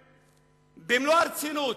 שואל במלוא הרצינות: